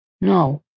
no